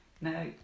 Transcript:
No